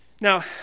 Now